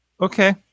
Okay